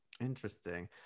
Interesting